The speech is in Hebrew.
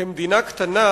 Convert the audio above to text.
כמדינה קטנה,